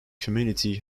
community